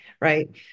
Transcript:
right